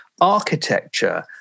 architecture